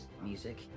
music